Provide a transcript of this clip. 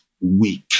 weak